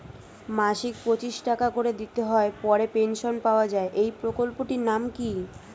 মাসিক পঁচিশ টাকা করে দিতে হয় পরে পেনশন পাওয়া যায় এই প্রকল্পে টির নাম কি?